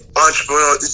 entrepreneur